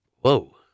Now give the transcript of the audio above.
Whoa